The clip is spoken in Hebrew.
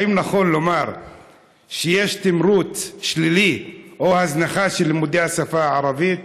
האם נכון לומר שיש תמרוץ שלילי או הזנחה של לימודי השפה הערבית?